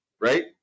right